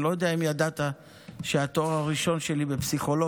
אני לא יודע אם ידעת שהתואר הראשון שלי בפסיכולוגיה.